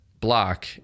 block